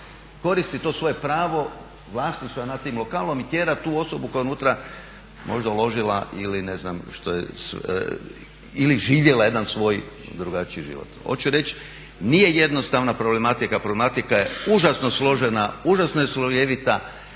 koristi to svoje pravo vlasništva nad tim lokalom i tjera tu osobu koja je unutra možda uložila i ne znam što je, ili živjela jedan svoj drugačiji život. Hoću reći nije jednostavna problematika, problematika je užasno složena, užasno je slojevita